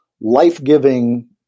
life-giving